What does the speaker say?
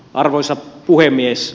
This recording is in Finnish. arvoisa puhemies